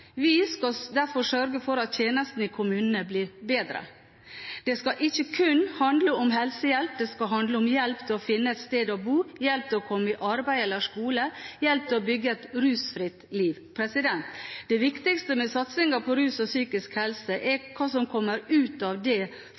Vi skal derfor sørge for at tjenestene i kommunene blir bedre. Det skal ikke kun handle om helsehjelp. Det skal handle om hjelp til å finne et sted å bo, hjelp til å komme i arbeid eller skole, hjelp til å bygge et rusfritt liv. Det viktigste med satsingen på rus og psykisk helse er hva som kommer ut av det